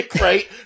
Right